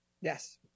Yes